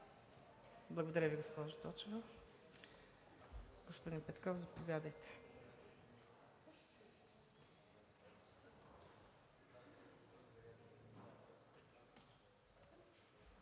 Благодаря Ви, госпожо Точева. Господин Петков, заповядайте.